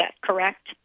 correct